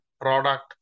product